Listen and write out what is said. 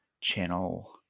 channel –